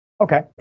Okay